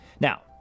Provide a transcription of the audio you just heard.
Now